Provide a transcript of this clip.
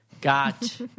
got